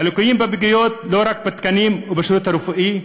הליקויים בפגיות הם לא רק בתקנים ובשירות הרפואי.